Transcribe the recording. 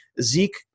Zeke